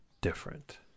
different